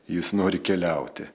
jis nori keliauti